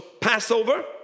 Passover